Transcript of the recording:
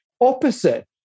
opposite